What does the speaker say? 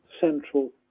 central